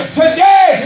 today